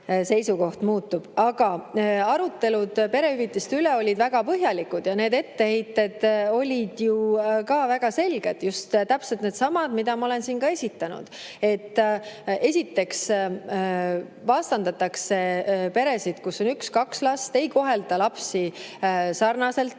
seisukoht muutub. Aga arutelud perehüvitiste üle olid väga põhjalikud. Ja need etteheited olid ju väga selged, just täpselt needsamad, mida ma olen siin ka esitanud. Esiteks vastandatakse [suuri] peresid [peredega], kus on üks-kaks last, ei kohelda lapsi sarnaselt.